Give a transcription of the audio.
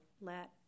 Let